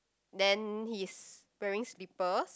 then he's wearing slippers